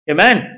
Amen